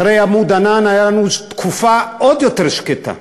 אחרי "עמוד ענן" הייתה לנו תקופה עוד יותר שקטה.